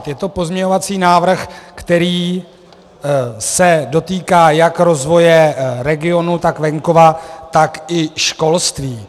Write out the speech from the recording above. Je to pozměňovací návrh, který se dotýká jak rozvoje regionů, tak venkova, tak i školství.